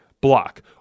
block